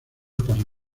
para